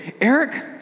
Eric